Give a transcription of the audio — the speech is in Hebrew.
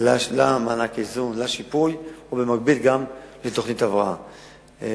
למענק האיזון, לשיפוי ובמקביל גם לתוכנית הבראה.